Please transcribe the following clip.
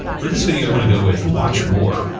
for this video i'm gonna go with watch more,